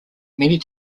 many